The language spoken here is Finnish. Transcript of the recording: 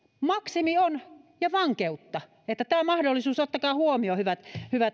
maksimi on vankeutta ottakaa tämä mahdollisuus huomioon hyvät